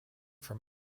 from